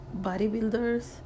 bodybuilders